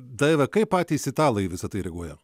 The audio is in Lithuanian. daiva kaip patys italai į visa tai reaguoja